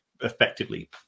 effectively